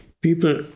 people